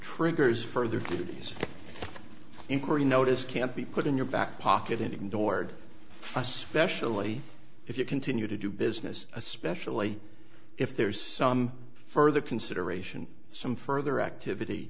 triggers further inquiry notice can't be put in your back pocket if ignored especially if you continue to do business especially if there is some further consideration some further activity